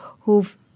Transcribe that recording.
who've